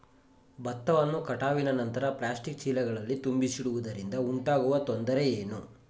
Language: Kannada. ಭತ್ತವನ್ನು ಕಟಾವಿನ ನಂತರ ಪ್ಲಾಸ್ಟಿಕ್ ಚೀಲಗಳಲ್ಲಿ ತುಂಬಿಸಿಡುವುದರಿಂದ ಉಂಟಾಗುವ ತೊಂದರೆ ಏನು?